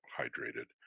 hydrated